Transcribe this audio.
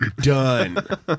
done